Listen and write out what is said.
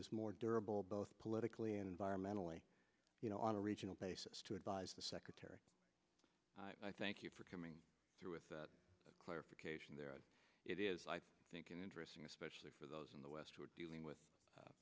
is more durable both politically and environmentally you know on a regional basis to advise the secretary and i thank you for coming through with that clarification there it is i think interesting especially for those in the west who are dealing with a